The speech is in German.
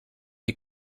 die